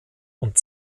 und